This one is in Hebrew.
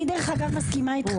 אני דרך אגב מסכימה איתך,